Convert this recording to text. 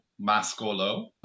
mascolo